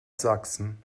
sachsen